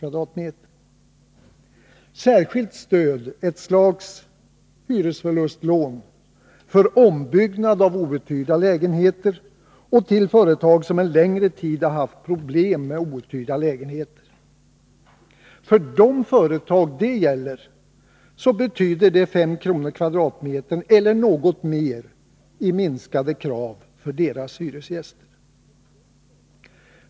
Vidare föreslås ett särskilt stöd — ett slags hyresförlustlån — för ombyggnad av outhyrda lägenheter och till företag som en längre tid haft problem med outhyrda lägenheter. För de företag det gäller betyder det att kraven gentemot hyresgästerna minskas med 5 kr. eller något mer per m?.